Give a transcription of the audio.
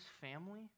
family